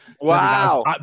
Wow